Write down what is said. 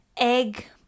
egg